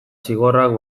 zigorrak